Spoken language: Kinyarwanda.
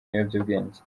ibiyobyabwenge